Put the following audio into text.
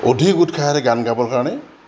অধিক উৎসাহৰে গান গাবৰ কাৰণে